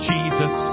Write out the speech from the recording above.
Jesus